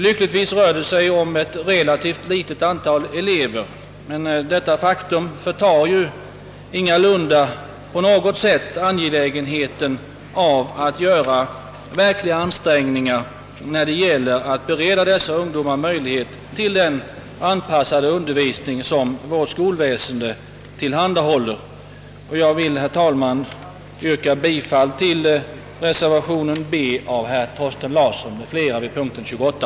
Lyckligtvis rör det sig om ett relativt litet antal elever, men detta faktum förtar ingalunda angelägenheten av att man gör verkliga ansträngningar för att be reda dessa ungdomar möjlighet att tillgodogöra sig den undervisning som vårt skolväsende tillhandahåller. Jag vill, herr talman, yrka bifall till reservationen B av herr Thorsten Larsson m.fl. vid punkt 28.